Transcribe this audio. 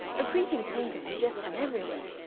a creeping taint of suggestion everywhere.